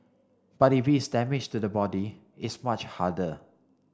but if it's damage to the body it's much harder